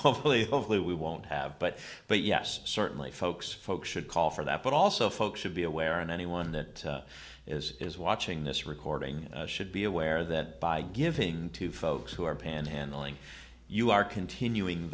hopefully hopefully we won't have but but yes certainly folks folks should call for that but also folks should be aware and anyone that is watching this recording should be aware that by giving to folks who are panhandling you are continuing